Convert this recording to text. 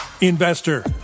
investor